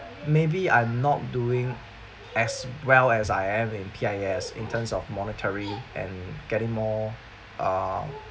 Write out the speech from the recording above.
maybe I'm not doing as well as I am in P_I_A_S in terms of monetary and getting more uh